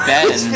Ben